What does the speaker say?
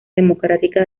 democrática